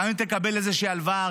גם אם תקבל איזושהי הלוואה,